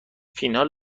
فینال